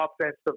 offensive